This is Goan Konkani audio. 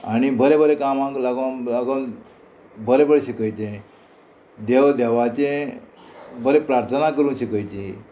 आणी बरें बरें कामाक लागोन लागोन बरें बरें शिकयचे देव देवाचे बरें प्रार्थना करून शिकयची